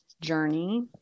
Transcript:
journey